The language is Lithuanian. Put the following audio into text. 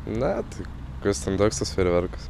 ne tai kas ten toks tas fejerverkas